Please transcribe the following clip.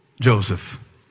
Joseph